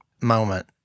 moment